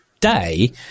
day